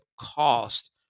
cost